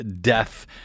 death